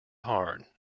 hard